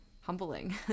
humbling